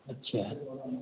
अच्छा